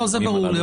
לא, זה ברור לי.